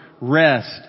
rest